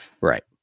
Right